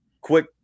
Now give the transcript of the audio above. quick